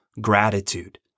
gratitude